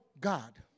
God